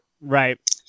Right